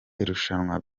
irushanwa